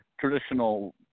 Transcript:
traditional